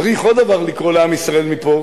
צריך עוד דבר: לקרוא לעם ישראל מפה,